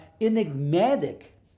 enigmatic